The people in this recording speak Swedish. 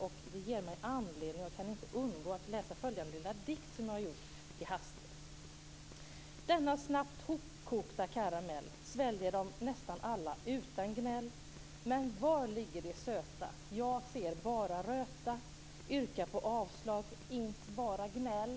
Det ger mig anledning - jag kan inte undgå det - att läsa följande lilla dikt som jag har gjort i hast: Denna snabbt ihopkokta karamell sväljer de nästan alla utan gnäll. Men var ligger det söta? Jag ser bara röta. Yrka på avslag, int bara gnäll!